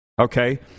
okay